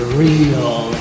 real